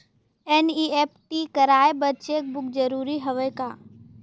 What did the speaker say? NEFT कराय बर cheque book जरूरी हवय का?